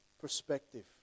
perspective